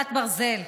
כיפת ברזל,